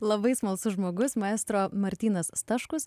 labai smalsus žmogus maestro martynas staškus